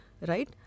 right